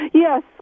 Yes